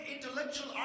intellectual